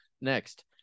Next